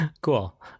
cool